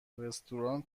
رستوران